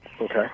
okay